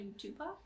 Tupac